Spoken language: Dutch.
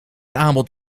aanbod